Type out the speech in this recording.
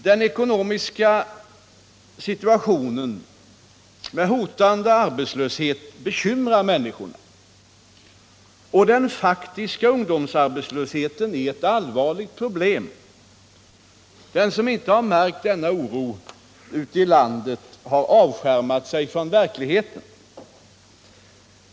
Den ekonomiska situationen med hotande arbetslöshet bekymrar människorna, och den faktiska ungdomsarbetslösheten är ett allvarligt problem. Den som inte har märkt denna oro ute i landet har avskärmat sig från verkligheten.